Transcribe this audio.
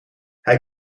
hij